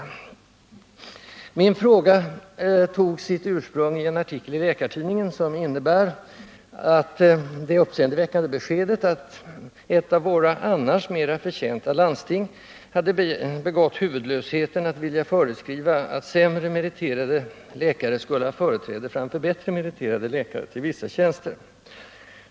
Min fråga tog sitt ursprung i en artikel i Läkartidningen, som innehöll det uppseendeväckande beskedet att ett av våra annars mera förtjänta landsting hade begått huvudlösheten att vilja föreskriva att sämre meriterade läkare skulle ha företräde framför bättre meriterade läkare till vissa tjänster.